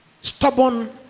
stubborn